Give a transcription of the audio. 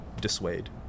dissuade